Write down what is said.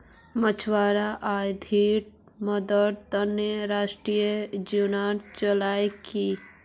मछुवारॉक आर्थिक मददेर त न राष्ट्रीय योजना चलैयाल की